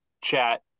chat